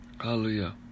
Hallelujah